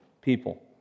people